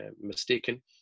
mistaken